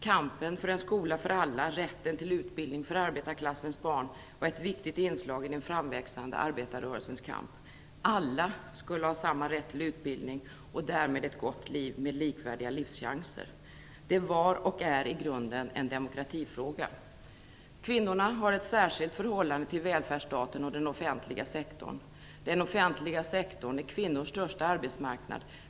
Kampen för en skola för alla - rätten till utbildning för arbetarklassens barn - var ett viktigt inslag i den framväxande arbetarrörelsens kamp. Alla skulle ha samma rätt till utbildning och därmed ett gott liv med likvärdiga livschanser. Det var och är i grunden en demokratifråga. Kvinnorna har ett särskilt förhållande till välfärdsstaten och den offentliga sektorn. Den offentliga sektorn är kvinnornas största arbetsmarknad.